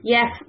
Yes